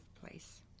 place